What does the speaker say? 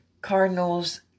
Cardinals